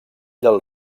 del